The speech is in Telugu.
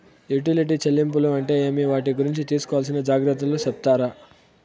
యుటిలిటీ చెల్లింపులు అంటే ఏమి? వాటి గురించి తీసుకోవాల్సిన జాగ్రత్తలు సెప్తారా?